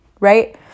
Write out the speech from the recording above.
right